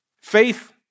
Faith